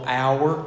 hour